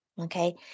okay